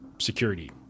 security